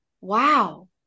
wow